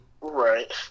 Right